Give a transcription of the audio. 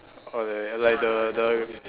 or they like the the